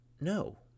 No